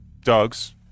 Doug's